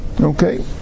Okay